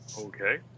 Okay